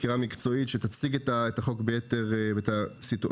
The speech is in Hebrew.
סקירה מקצועית שתציג את החוק ואת הפרטים.